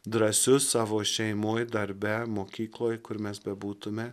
drąsius savo šeimoj darbe mokykloj kur mes bebūtume